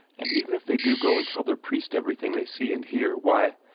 and even if they do go and tell their priest everything they see and hear, why,